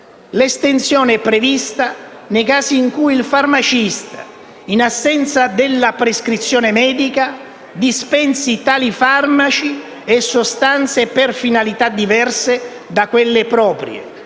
L'estensione è prevista nei casi in cui il farmacista, in assenza della prescrizione medica, dispensi tali farmaci e sostanze per finalità diverse da quelle proprie,